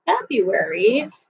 February